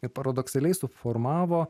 ir paradoksaliai suformavo